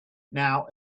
now